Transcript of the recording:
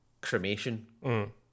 cremation